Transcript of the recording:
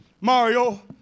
Mario